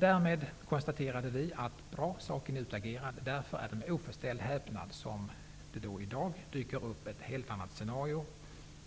Därmed konstaterade vi att det var bra, och saken var utagerad. Därför är det med oförställd häpnad som vi ser att det i dag dyker upp ett helt annat scenario.